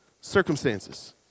circumstances